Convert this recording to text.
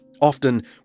often